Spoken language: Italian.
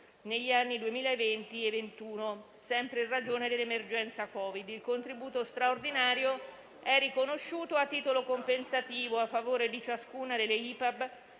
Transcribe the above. negli anni 2020 e 2021, sempre in ragione dell'emergenza Covid. Il contributo straordinario è riconosciuto a titolo compensativo a favore di ciascuna delle IPAB